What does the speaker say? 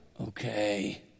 Okay